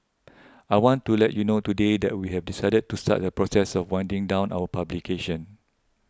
I want to let you know today that we have decided to start the process of winding down our publication